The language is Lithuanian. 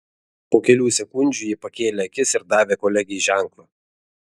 po kelių sekundžių ji pakėlė akis ir davė kolegei ženklą